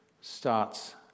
starts